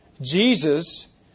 Jesus